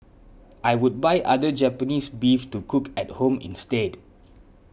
I would buy other Japanese beef to cook at home instead